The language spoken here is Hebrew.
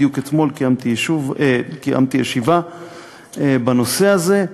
בדיוק אתמול קיימתי ישיבה בנושא הזה.